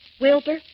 Wilbur